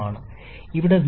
design സൈക്കിളിന് എത്രയാണ്